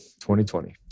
2020